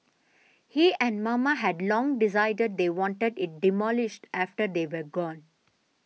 he and mama had long decided they wanted it demolished after they were gone